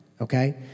okay